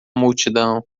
multidão